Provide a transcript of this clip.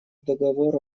договора